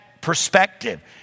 perspective